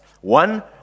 one